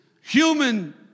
human